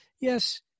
Yes